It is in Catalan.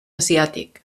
asiàtic